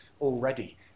already